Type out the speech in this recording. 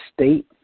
state